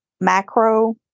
macro